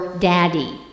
daddy